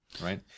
right